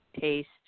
taste